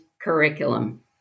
curriculum